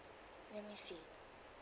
let me see